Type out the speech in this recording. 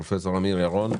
פרופ' אמיר ירון,